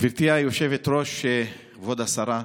גברתי היושבת-ראש, כבוד השרה,